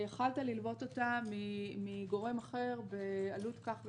יכולת ללוות אותה מגורם אחר בעלות כזאת וכזאת,